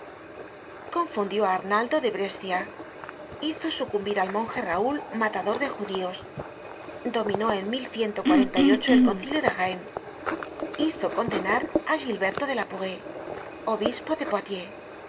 confundió á arnaldo de brescia hizo sucumbir al monge raul matador de judíos dominó en el concilio de reims hizo condenar á gilberto de la poree obispo de